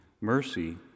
Mercy